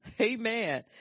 Amen